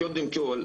קודם כל,